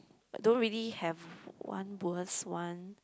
don't really have one worst one